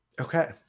Okay